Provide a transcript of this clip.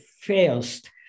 first